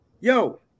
Yo